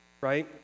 Right